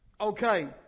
Okay